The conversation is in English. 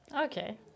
Okay